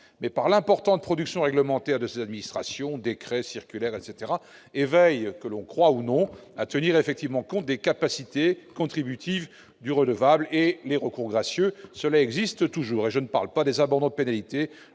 aussi par l'importante production réglementaire de ces administrations- décrets, circulaires ...-, et veillent, qu'on le croie ou non, à tenir effectivement compte des capacités contributives du redevable. Les recours gracieux, cela existe toujours, sans parler des abandons de pénalité